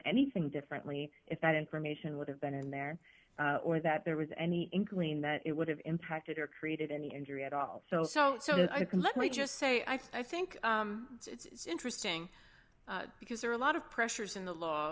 anything differently if that information would have been in there or that there was any inkling that it would have impacted or created any injury at all so so so i can let me just say i think it's interesting because there are a lot of pressures in the law